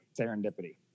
serendipity